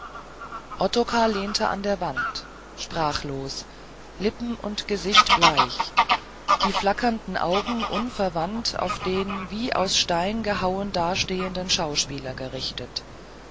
ottokar lehnte an der wand sprachlos lippen und gesicht bleich die flackernden augen unverwandt auf den wie aus stein gehauen dastehenden schauspieler gerichtet